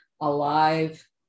alive